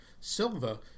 Silva